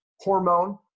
hormone